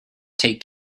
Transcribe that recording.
take